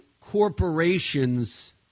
corporations